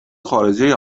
خارجه